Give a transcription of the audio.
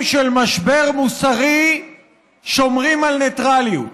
של משבר מוסרי שומרים על ניטרליות.